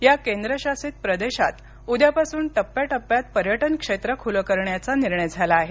या केंद्रशासित प्रदेशात उद्यापासून टप्प्या टप्प्यात पर्यटन क्षेत्र खुलं करण्याचा निर्णय झाला आहे